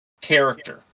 character